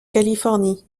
californie